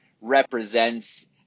represents